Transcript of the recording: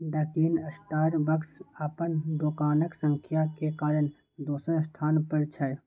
Dunkin Starbucks अपन दोकानक संख्या के कारण दोसर स्थान पर छै